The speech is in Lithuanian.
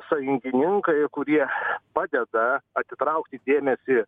sąjungininkai kurie padeda atitraukti dėmesį